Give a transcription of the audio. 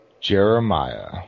Jeremiah